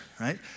right